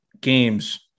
games